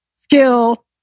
skill